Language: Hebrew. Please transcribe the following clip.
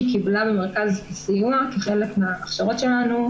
קיבלה במרכז הסיוע כחלק מההכשרות שלנו,